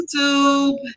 youtube